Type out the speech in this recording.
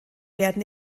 werden